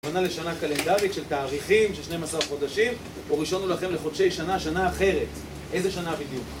בנה לשנה קלנדרית של תאריכים, של 12 חודשים, וראשון הוא לכם לחודשי שנה, שנה אחרת. איזו שנה בדיוק?